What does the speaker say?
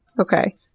okay